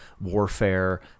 warfare